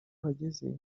uhageze